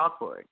chalkboard